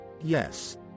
Yes